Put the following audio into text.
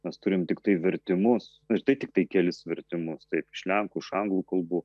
mes turim tiktai vertimus ir tai tiktai kelis vertimus taip iš lenkų iš anglų kalbų